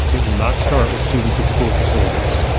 it will not start with students at school facilities.